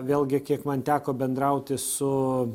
vėlgi kiek man teko bendrauti su